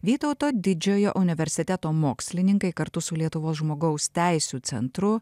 vytauto didžiojo universiteto mokslininkai kartu su lietuvos žmogaus teisių centru